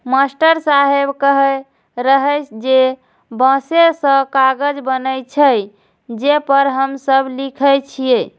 master साहेब कहै रहै जे बांसे सं कागज बनै छै, जे पर हम सब लिखै छियै